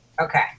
Okay